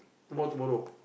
tomorrow tomorrow